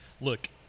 look